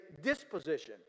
disposition